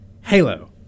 Halo